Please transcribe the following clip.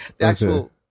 actual